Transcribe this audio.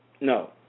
No